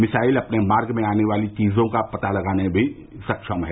missile अपने मार्ग में आने वाली चीजों का पता लगाने में भी सक्षम है